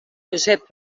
josep